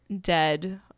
dead